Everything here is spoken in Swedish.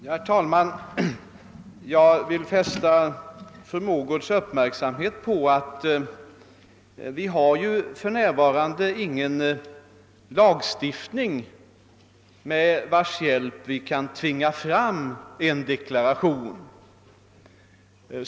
Herr talman! Jag vill fästa fru Mogårds uppmärksamhet på att vi för närvarande inte har någon lagstiftning, med vars hjälp vi kan tvinga fram en deklaration.